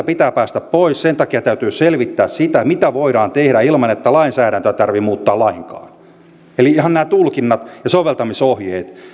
pitää päästä pois sen takia täytyy selvittää sitä mitä voidaan tehdä ilman että lainsäädäntöä tarvitsee muuttaa lainkaan eli ihan nämä tulkinnat ja soveltamisohjeet